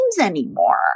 anymore